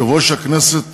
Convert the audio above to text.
יושב-ראש הכנסת